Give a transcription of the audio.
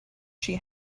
she